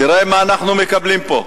תראה מה אנחנו מקבלים פה.